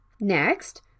Next